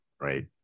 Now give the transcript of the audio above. right